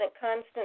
constant